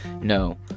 no